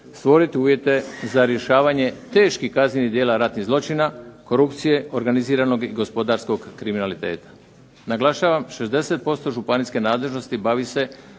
stvoriti uvjete za rješavanje teških kaznenih djela ratnih zločina, korupcije, organiziranog i gospodarskog kriminaliteta. Naglašavam 60% županijske nadležnosti bavi se